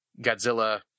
Godzilla